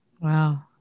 Wow